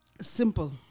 simple